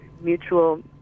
mutual